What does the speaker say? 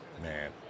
Man